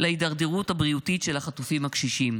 להידרדרות הבריאותית של החטופים הקשישים: